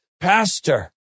Pastor